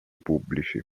pubblici